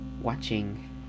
watching